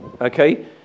okay